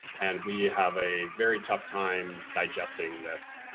and we have a very tough time digesting this.